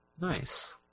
Nice